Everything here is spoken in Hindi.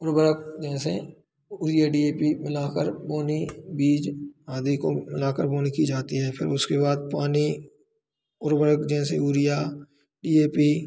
उर्वरक जैसे उरिया डी ए पी मिलाकर बोनी बीज आदि को मिलाकर बोनी की जाती है फिर उसके बाद पानी उर्वरक जैसे उरिया डी ए पी